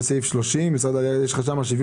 שעות אחר הצהריים הן שעות שאם לא תהיה להם